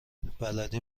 بلدی